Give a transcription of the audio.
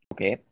Okay